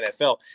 NFL